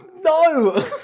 No